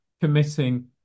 committing